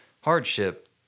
hardship